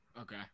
okay